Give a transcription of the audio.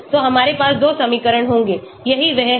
तो हमारे पास 2 समीकरण होंगे यही वह है